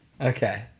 Okay